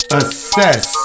assess